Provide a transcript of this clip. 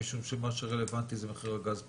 משום שמה שרלוונטי זה מחיר הגז פה.